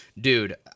dude